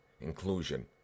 inclusion